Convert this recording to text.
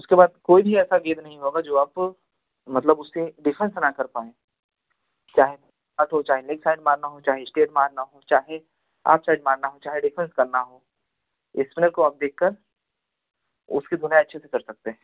उसके बाद कोई भी ऐसा गेद नहीं होगा जो आप मतलब उसके डिफेंस ना कर पाएँ चाहे चाहे लेग साइड मारना हो चाहे स्टेट मारना हो चाहे अपसाइड मारना हो चाहे डिफेंस करना हो इसने को अब देखकर उसकी धुलाई अच्छे से कर सकते हैं